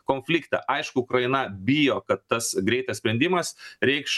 konfliktą aišku ukraina bijo kad tas greitas sprendimas reikš